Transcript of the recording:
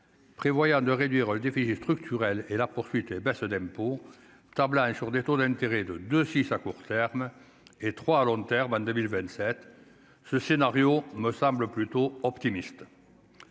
prévoyant de réduire le déficit structurel et là pour poursuite d'impôts, tablant sur des taux d'intérêt de de 6 à court terme et 3 à long terme en 2027 ce scénario me semble plutôt optimiste